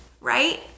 right